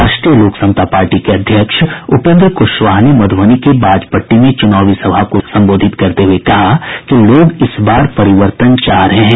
राष्ट्रीय लोक समता पार्टी के अध्यक्ष उपेन्द्र कुशवाहा ने मधुबनी के बाजपट्टी में चुनावी सभा को संबोधित करते हुए कहा कि लोग इस बार परिवर्तन चा रहे हैं